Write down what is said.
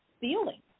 feeling